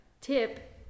tip